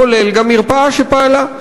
כולל מרפאה שפעלה.